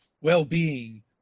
well-being